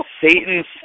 Satan's